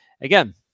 again